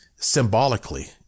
symbolically